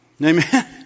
Amen